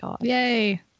Yay